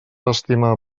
estimar